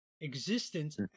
Existence